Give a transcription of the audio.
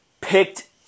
Picked